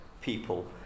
people